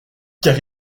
car